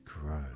grow